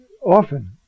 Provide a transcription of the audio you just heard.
often